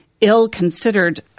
ill-considered